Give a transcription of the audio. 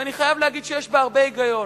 שאני חייב להגיד שיש בה הרבה היגיון,